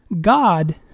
God